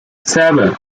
seven